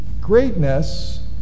Greatness